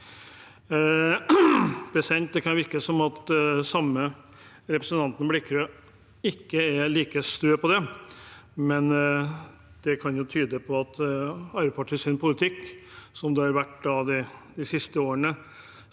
Det kan virke som at den samme representanten Blikra ikke er like stø på det, men det kan jo tyde på at Arbeiderpartiets politikk, slik den har vært de siste årene,